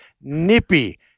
nippy